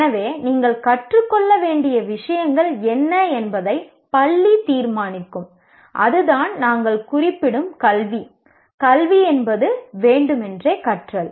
எனவே நீங்கள் கற்றுக்கொள்ள வேண்டிய விஷயங்கள் என்ன என்பதை பள்ளி தீர்மானிக்கும் அதுதான் நாங்கள் குறிப்பிடும் கல்வி கல்வி என்பது நோக்கங்களுடன் கற்றல்